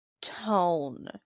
tone